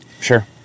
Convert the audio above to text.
Sure